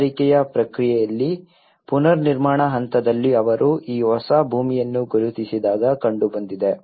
ಚೇತರಿಕೆಯ ಪ್ರಕ್ರಿಯೆಯಲ್ಲಿ ಪುನರ್ನಿರ್ಮಾಣ ಹಂತದಲ್ಲಿ ಅವರು ಈ ಹೊಸ ಭೂಮಿಯನ್ನು ಗುರುತಿಸಿದಾಗ ಕಂಡುಬಂದಿದೆ